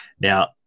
Now